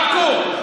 חכו.